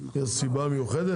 יש סיבה מיוחדת?